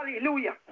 Hallelujah